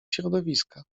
środowiska